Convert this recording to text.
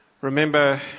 remember